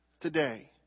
today